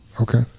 Okay